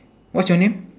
what's your name